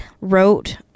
wrote